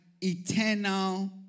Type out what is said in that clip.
eternal